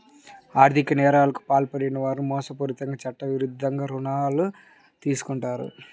ఆర్ధిక నేరాలకు పాల్పడే వారు మోసపూరితంగా చట్టవిరుద్ధంగా రుణాలు తీసుకుంటారు